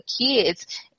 kids